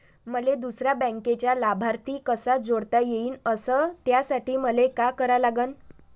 मले दुसऱ्या बँकेचा लाभार्थी कसा जोडता येईन, अस त्यासाठी मले का करा लागन?